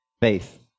faith